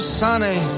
sunny